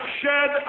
shed